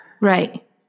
Right